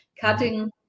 cutting